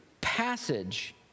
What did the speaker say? passage